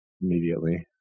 immediately